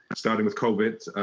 starting with covid.